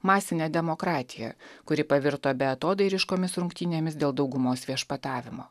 masine demokratija kuri pavirto beatodairiškomis rungtynėmis dėl daugumos viešpatavimo